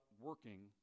working